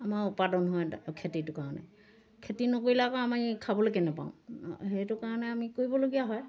আমাৰ উৎপাদন হয় খেতিটো কাৰণে খেতি নকৰিলে আকৌ আমি খাবলৈ কেনেকৈ পাওঁ সেইটো কাৰণে আমি কৰিবলগীয়া হয়